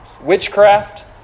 witchcraft